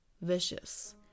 Vicious